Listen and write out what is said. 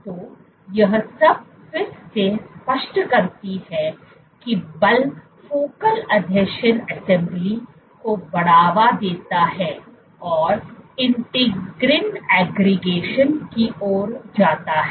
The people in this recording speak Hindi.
तो यह सब फिर से स्पष्ट करती है कि बल फोकल आसंजन असेंबली को बढ़ावा देता है और इंटीग्रल एग्रीगेशन की ओर जाता है